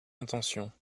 intention